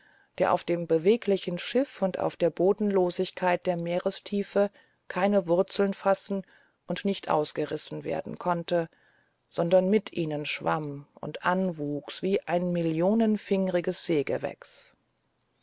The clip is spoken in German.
der auf dem beweglichen schiff und auf der bodenlosigkeit der meerestiefe keine wurzel fassen und nicht ausgerissen werden konnte sondern mit ihnen schwamm und anwuchs wie ein millionenfingriges seegewächs